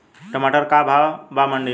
टमाटर का भाव बा मंडी मे?